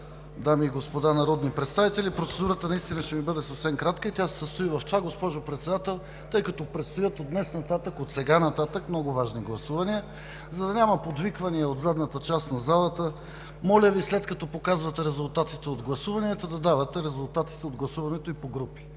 дами и господа народни представители! Процедурата наистина ще ми бъде съвсем кратка и тя се състои в следното. Госпожо Председател, тъй като предстоят отсега нататък много важни гласувания, за да няма подвиквания от задната част на залата, моля Ви, след като показвате резултатите от гласуванията, да давате резултатите от гласуването и по групи,